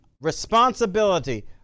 responsibility